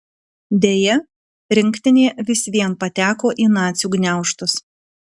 deja rinktinė vis vien pateko į nacių gniaužtus